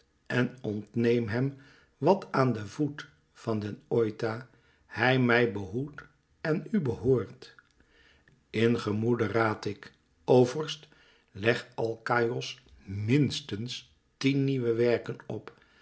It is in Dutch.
en ontneem hem wat aan den voet van den oita hij mij behoedt en u behoort in gemoede raad ik o vorst leg alkaïos minstens tien nieuwe werken op